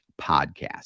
podcast